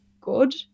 good